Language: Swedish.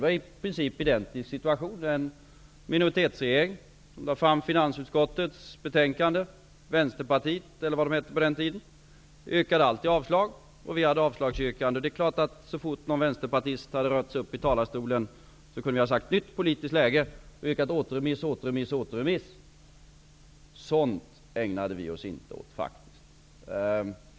Det var en i princip identisk situation med en minoritetsregering. Vänsterpartiet -- eller vad det hette på den tiden -- yrkade alltid avslag, och vi hade avslagsyrkanden. Så fort en vänsterpartist hade varit uppe i talarstolen hade vi kunnat säga att det var ett nytt politiskt läge och yrkat på återremiss. Sådant ägnade vi oss faktiskt inte åt.